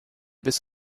bis